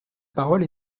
parole